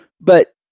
But-